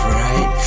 right